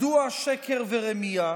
מדוע שקר ורמייה?